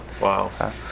Wow